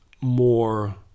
more